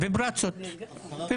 כן.